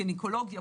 גניקולוגיה,